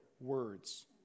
Words